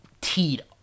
teed